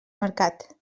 mercat